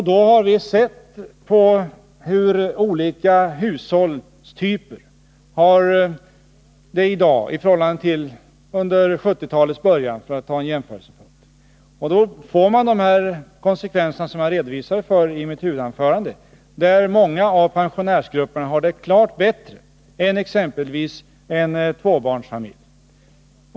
Då har vi sett på hur olika hushållstyper har det i dag i förhållande till vad som var fallet i början av 1970-talet, för att göra en jämförelse. Då får man de konsekvenser som jag redovisade i mitt huvudanförande. Många grupper av penionärer har det klart bättre än exempelvis en tvåbarnsfamilj.